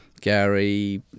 Gary